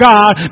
God